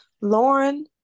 Lauren